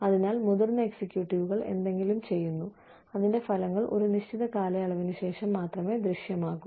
അതിനാൽ മുതിർന്ന എക്സിക്യൂട്ടീവുകൾ എന്തെങ്കിലും ചെയ്യുന്നു അതിന്റെ ഫലങ്ങൾ ഒരു നിശ്ചിത കാലയളവിനുശേഷം മാത്രമേ ദൃശ്യമാകൂ